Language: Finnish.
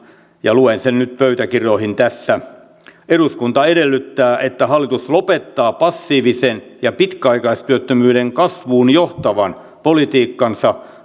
ja luen sen nyt pöytäkirjoihin tässä eduskunta edellyttää että hallitus lopettaa passiivisen ja pitkäaikaistyöttömyyden kasvuun johtavan politiikkansa